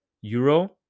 Euro